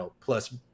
plus